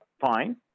Fine